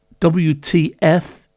WTF